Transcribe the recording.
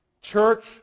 Church